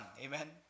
Amen